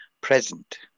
present